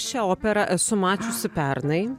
šią operą esu mačiusi pernai